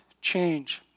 change